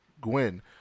Gwen